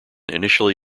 initially